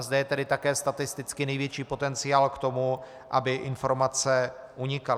Zde je tedy také statisticky největší potenciál k tomu, aby informace unikaly.